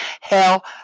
Hell